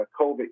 COVID